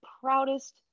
proudest